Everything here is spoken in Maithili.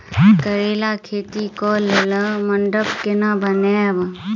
करेला खेती कऽ लेल मंडप केना बनैबे?